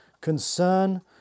concern